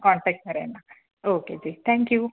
contact में रहना okay जी थैंक यू